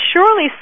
surely